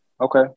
Okay